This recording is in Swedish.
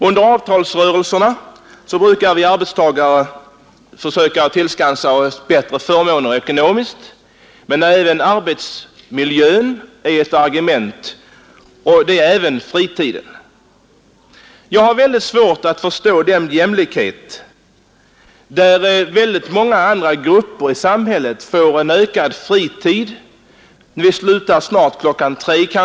Under avtalsrörelserna försöker vi arbetstagare att tillskansa oss bättre förmåner ekonomiskt, men även arbetsmiljön och fritiden är argument. Jag har svårt att förstå att det ligger någon jämlikhet i att när många andra grupper får ökad fritid — de anställda slutar kanske snart kl.